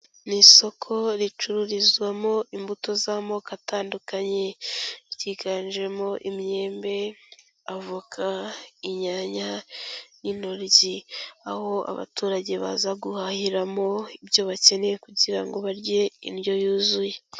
Ni isoko ricururizwamo imbuto z'amoko atandukanye. Ryiganjemo imyembe, avoka, inyanya n'intory. Aho abaturage baza guhahiramo ibyo bakeneye kugira ngo barye indyo yuzuye.